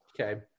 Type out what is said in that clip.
Okay